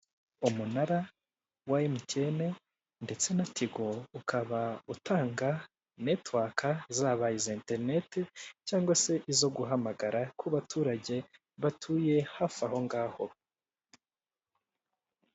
Umunara wa MTN ndetse na Tigo ukaba utanga network zaba iza internet cyangwa izo guhamagara kubaturage batuye hafi aho ngaho.